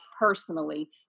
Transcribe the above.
personally